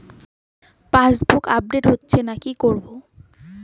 Passbook update হচ্ছেনা কি করবো?